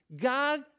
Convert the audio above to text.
God